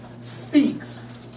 speaks